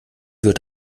wird